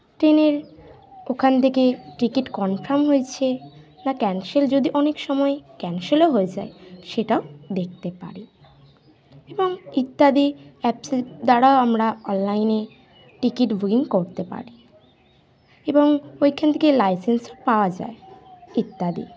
ট্রেনের ওখান থেকে টিকিট কনফার্ম হয়েছে না ক্যান্সেল যদি অনেক সময় ক্যান্সেলও হয়ে যায় সেটাও দেখতে পারি এবং ইত্যাদি অ্যাপসের দ্বারাও আমরা অললাইনে টিকিট বুকিং করতে পারি এবং ওইখান থেকে লাইসেন্স পাওয়া যায় ইত্যাদি